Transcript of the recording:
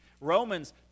Romans